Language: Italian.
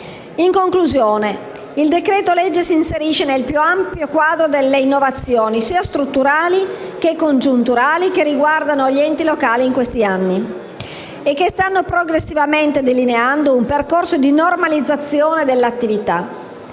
conclusioni. Il decreto-legge si inserisce nel più ampio quadro delle innovazioni sia strutturali sia congiunturali che riguardano gli enti locali in questi ultimi anni e che stanno progressivamente delineando un percorso di normalizzazione dell'attività.